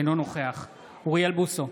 אינו נוכח אוריאל בוסו,